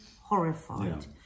horrified